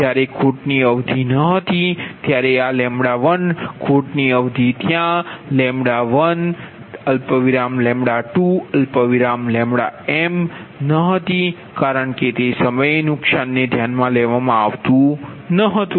જ્યારે ખોટની અવધિ ન હતી ત્યારે આ L1 ખોટની અવધિ ત્યાં L1L2Lm ન હતી કારણ કે તે સમયે નુકસાનને ધ્યાનમાં લેવામાં આવતું ન હતું